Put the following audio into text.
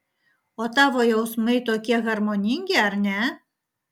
o tavo jausmai tokie harmoningi ar ne